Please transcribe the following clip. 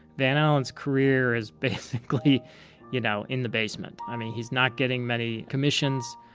van alen's career is basically you know in the basement. i mean, he's not getting many commissions.